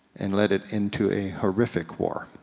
and led it into a horrific war.